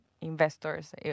investors